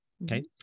Okay